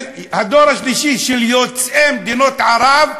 הדור השלישי של יוצאי מדינות ערב,